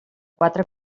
quatre